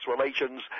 Relations